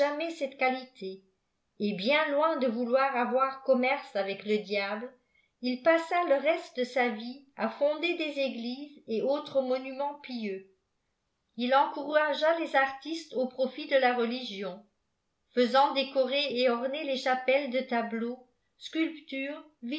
cette qualité et bien loin de vouloir avoir commerce avec le diable il passa le reste de sa vie à fonder des églises et autres monuments pieux il encouragea les artistes au profit de la religion faisant décorer et orner les chapelles de tableaux sculptures